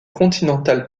continentale